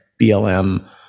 BLM